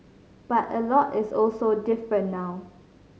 but a lot is also different now